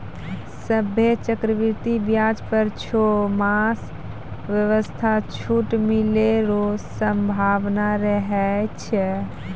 सभ्भे चक्रवृद्धि व्याज पर छौ मास वास्ते छूट मिलै रो सम्भावना रहै छै